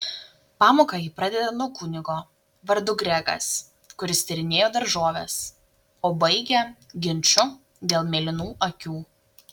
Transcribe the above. pamoką ji pradeda nuo kunigo vardu gregas kuris tyrinėjo daržoves o baigia ginču dėl mėlynų akių